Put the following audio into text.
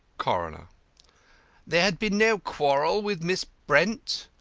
coroner there had been no quarrel with miss brent?